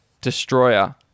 Destroyer